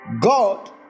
God